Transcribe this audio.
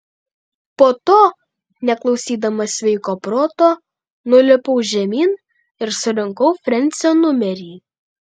po to neklausydamas sveiko proto nulipau žemyn ir surinkau frensio numerį